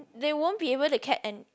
they won't be able to care and